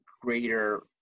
greater